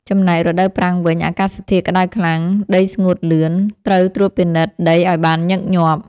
ចំំណែក រដូវប្រាំងវិញ អាកាសធាតុក្តៅខ្លាំង ដីស្ងួតលឿន ត្រូវត្រួតពិនិត្យដីឱ្យបានញឹកញាប់។